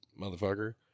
motherfucker